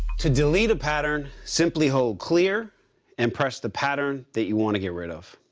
to delete a pattern, simply hold clear and press the pattern that you want to get rid of.